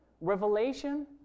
Revelation